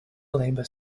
labour